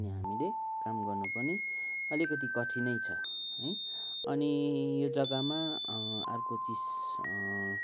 अनि हामीले काम गर्नु पनि अलिकति कठिनै छ है अनि यो जग्गामा अर्को चिज